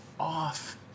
off